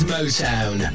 Motown